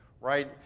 right